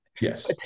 yes